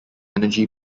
energy